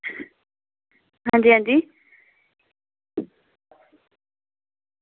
आं जी आं जी